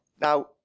Now